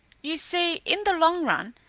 you see, in the long run,